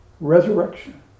Resurrection